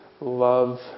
love